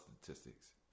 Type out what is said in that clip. statistics